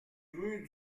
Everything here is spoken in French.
rue